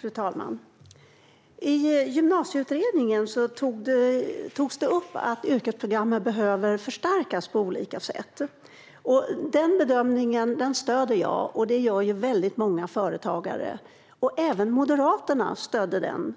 Fru talman! I Gymnasieutredningen togs det upp att yrkesprogrammen behöver förstärkas på olika sätt. Den bedömningen stöder jag, och det gör väldigt många företagare. Även Moderaterna stödde den,